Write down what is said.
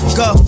go